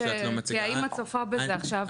האם צופה בזה עכשיו.